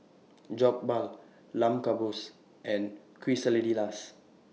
Jokbal Lamb Kebabs and Quesadillas